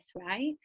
right